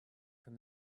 from